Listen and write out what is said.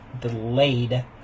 delayed